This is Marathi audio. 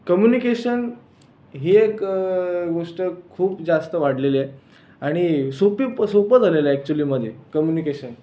कम्युनिकेशन ही एक गोष्ट खूप जास्त वाढलेली आहे आणि सोपी सोपं झालेलं आहे अक्चुअलिमध्ये कम्युनिकेशन